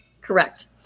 Correct